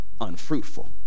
unfruitful